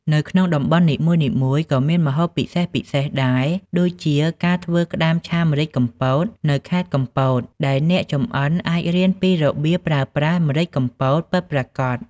នៅក្នុងតំបន់នីមួយៗក៏មានម្ហូបពិសេសៗដែរដូចជា ការធ្វើ ក្តាមឆាម្រេចកំពត នៅខេត្តកំពត ដែលអ្នកចម្អិនអាចរៀនពីរបៀបប្រើប្រាស់ម្រេចកំពតពិតប្រាកដ។